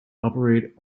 operate